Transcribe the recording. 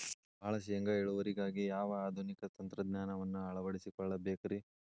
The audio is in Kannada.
ಭಾಳ ಶೇಂಗಾ ಇಳುವರಿಗಾಗಿ ಯಾವ ಆಧುನಿಕ ತಂತ್ರಜ್ಞಾನವನ್ನ ಅಳವಡಿಸಿಕೊಳ್ಳಬೇಕರೇ?